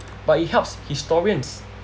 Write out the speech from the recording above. but it helps historians